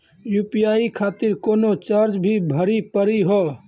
UPI खातिर कोनो charge भी भरी पड़ी हो?